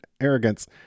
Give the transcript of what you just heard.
arrogance